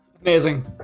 amazing